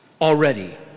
already